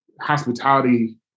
hospitality